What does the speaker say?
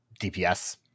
DPS